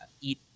eat